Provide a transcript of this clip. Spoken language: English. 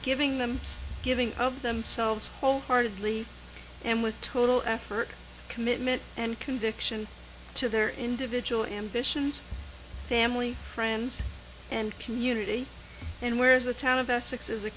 giving them giving of themselves wholeheartedly and with total effort commitment and conviction to their individual ambitions family friends and community and where is the town of e